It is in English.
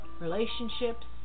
relationships